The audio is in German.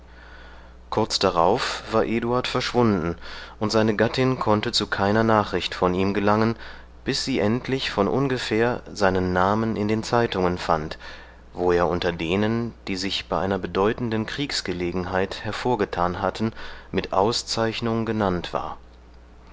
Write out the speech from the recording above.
kurz darauf war eduard verschwunden und seine gattin konnte zu keiner nachricht von ihm gelangen bis sie endlich von ungefähr seinen namen in den zeitungen fand wo er unter denen die sich bei einer bedeutenden kriegsgelegenheit hervorgetan hatten mit auszeichnung genannt war